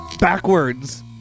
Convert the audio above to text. Backwards